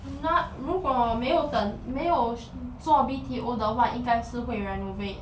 那如果没有等没有做 B_T_O 的话应该是会 renovate